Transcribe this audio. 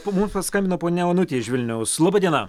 mum paskambino ponia onutė iš vilniaus laba diena